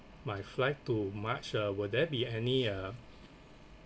my flight to march ah will there be any uh